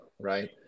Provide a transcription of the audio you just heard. right